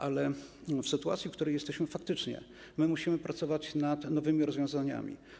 Ale w sytuacji, w której jesteśmy, faktycznie musimy pracować nad nowymi rozwiązaniami.